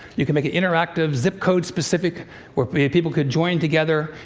you could make it interactive, zip code specific where people could join together,